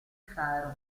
faro